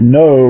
no